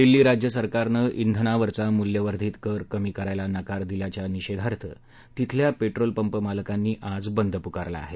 दिल्ली राज्यसरकारनं वेनावराचा मूल्यवर्धित कर कमी करायला नकार दिल्याच्या निषेधार्थ तिथल्या पेट्रोल पंप मालकांनी आज बंद पुकारला आहे